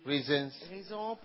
reasons